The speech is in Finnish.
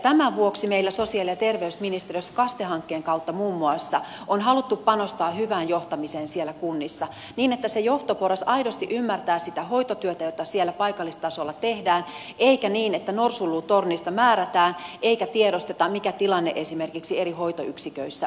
tämän vuoksi meillä sosiaali ja terveysministeriössä muun muassa kaste hankkeen kautta on haluttu panostaa hyvään johtamiseen kunnissa niin että johtoporras aidosti ymmärtää sitä hoitotyötä jota siellä paikallistasolla tehdään eikä niin että norsunluutornista määrätään eikä tiedosteta mikä tilanne esimerkiksi eri hoitoyksiköissä on